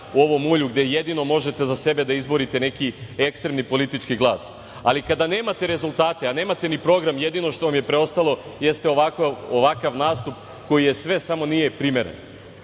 u ovom mulju gde jedino možete za sebe da izborite neki ekstremni politički glas, ali kada nemate rezultate, a nemate ni program, jedino što vam je preostalo jeste ovakav nastup koji je sve samo nije primeren. Meni